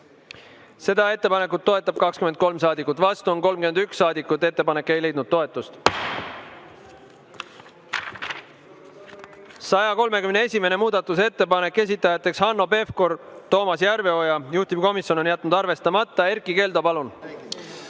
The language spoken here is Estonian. Seda ettepanekut toetab 23 saadikut, vastu on 31 saadikut. Ettepanek ei leidnud toetust.131. muudatusettepanek, esitajad Hanno Pevkur ja Toomas Järveoja, juhtivkomisjon on jätnud arvestamata. Erkki Keldo, palun!